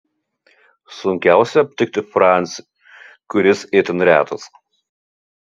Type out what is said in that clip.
sunkiausia aptikti francį kuris itin retas